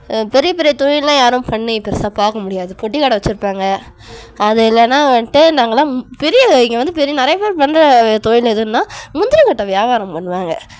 பெரிய பெரிய தொழிலெலாம் யாரும் பண்ணி பெருசாக பார்க்க முடியாது பெட்டி கடை வச்சுருப்பாங்க அது இல்லைனா வந்துட்டு நாங்கெலாம் பெரிய இங்கே வந்து பெரிய நிறைய பேர் பண்ணுற தொழில் எதுன்னால் முந்திரி கொட்டை வியாபாரம் பண்ணுவாங்க